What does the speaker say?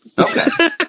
Okay